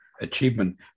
achievement